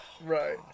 Right